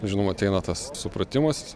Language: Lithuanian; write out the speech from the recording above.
žinoma ateina tas supratimas